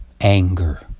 anger